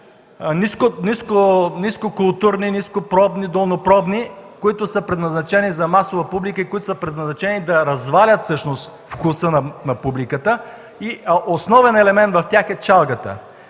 ниско културни, долнопробни, които са предназначени за масова публика и са предназначени да развалят всъщност вкуса на публиката, и основен елемент в тях е чалгата.